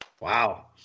Wow